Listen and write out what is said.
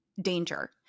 danger